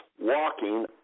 walking